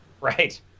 Right